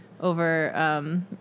over